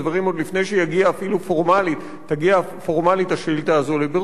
עוד לפני שתגיע פורמלית השאילתא הזאת לבירור,